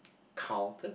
counted